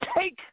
take